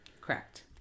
Correct